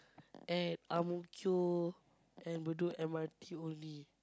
at Ang-Mo-Kio and Bedok M_R_T only